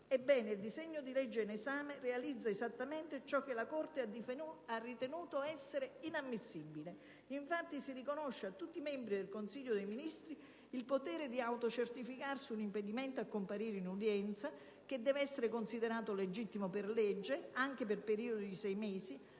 il disegno di legge in esame realizza esattamente ciò che la Corte ha definito essere inammissibile. Infatti, si riconosce a tutti i membri del Consiglio dei ministri il potere di autocertificarsi un impedimento a comparire in udienza, legittimo *ex lege,* anche per periodi di sei mesi;